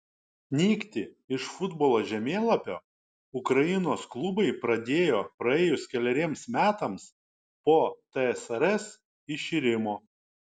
nykti iš futbolo žemėlapio ukrainos klubai pradėjo praėjus keleriems metams po tsrs iširimo